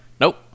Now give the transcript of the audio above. Nope